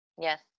Yes